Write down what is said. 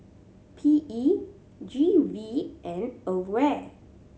P E G V and AWARE